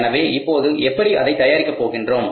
எனவே இப்போது எப்படி அதை தயாரிக்க போகின்றோம்